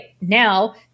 now